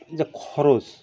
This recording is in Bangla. যা খরচ